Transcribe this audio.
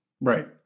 right